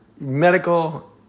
medical